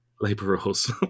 Laborers